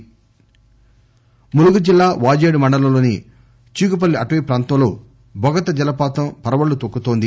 జలపాతం ములుగు జిల్లా వాజేడు మండలంలోని చీకుపల్లి అటవీ ప్రాంతం లో బొగత జలపాతం పరవళ్ళు తొక్కుతోంది